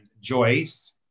Joyce